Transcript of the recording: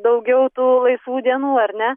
daugiau tų laisvų dienų ar ne